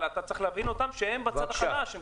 אבל אתה צריך להבין אותם כי הם בצד החלש והם